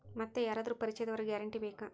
ಮತ್ತೆ ಯಾರಾದರೂ ಪರಿಚಯದವರ ಗ್ಯಾರಂಟಿ ಬೇಕಾ?